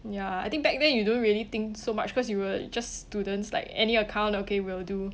ya I think back then you don't really think so much because you were just students like any account okay will do